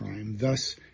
thus